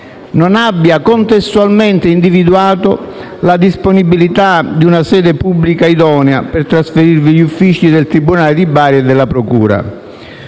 non abbia contestualmente individuato la disponibilità di una sede pubblica idonea per trasferirvi gli uffici del tribunale di Bari e della procura.